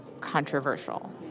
controversial